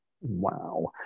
Wow